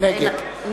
נגד יריב לוין,